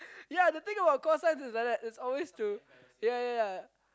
ya the thing about call signs is like that it's always to ya ya ya